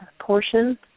portion